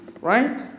right